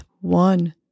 One